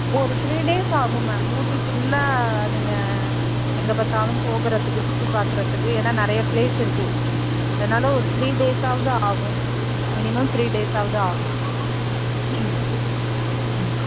ஒரு three days ஆகும் ma'am Ooty ஃபுல்லாக நீங்கள் எங்கே பார்த்தாலும் போகிறத்துக்கு சுற்றிப் பார்க்குறத்துக்கு ஏன்னா நிறைய ப்ளேஸ் இருக்குது அதனால் ஒரு த்ரீ டேஸ்ஸாவது ஆகும் மினிமம் த்ரீ டேஸ்ஸாவது ஆகும் ம்